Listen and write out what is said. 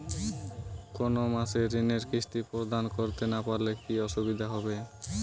কোনো মাসে ঋণের কিস্তি প্রদান করতে না পারলে কি অসুবিধা হবে?